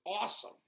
awesome